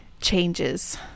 Changes